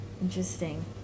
interesting